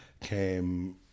came